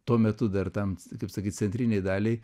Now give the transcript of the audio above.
tuo metu dar tam kaip sakyt centrinei daliai